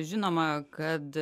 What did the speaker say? žinoma kad